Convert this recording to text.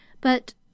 but